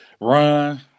run